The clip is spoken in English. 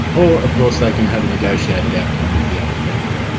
or of course they can have a negotiated outcome with the other parent.